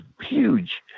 huge